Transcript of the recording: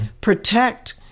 protect